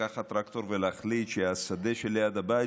לקחת טרקטור ולהחליט שהשדה שליד הבית